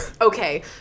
Okay